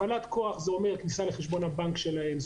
הפעלת כוח זה אומר כניסה לחשבון הבנק שלהם,